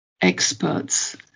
experts